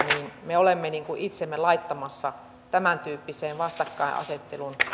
me olemme itsemme laittamassa tämäntyyppiseen vastakkainasettelun